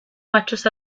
machos